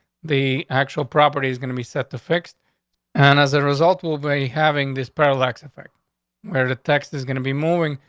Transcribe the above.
the actual property is gonna be set the fixed and as a result, will very having this parallax effect where the text is gonna be moving.